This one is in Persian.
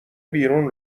بیرون